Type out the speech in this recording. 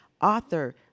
author